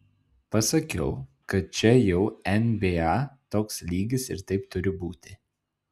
pasakiau kad čia jau nba toks lygis ir taip turi būti